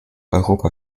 europa